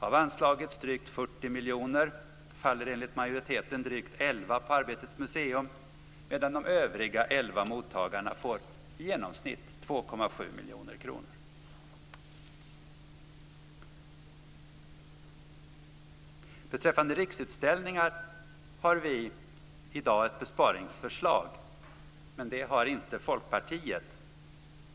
Av anslagets drygt 40 miljoner faller enligt majoriteten drygt 11 på Arbetets museum, medan de övriga 11 mottagarna får i genomsnitt Beträffande Riksutställningar har vi i dag ett besparingsförslag, men det har inte Folkpartiet.